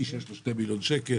מי שיש לו 2 מיליון שקל,